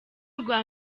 rwa